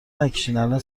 نکشینالان